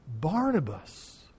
Barnabas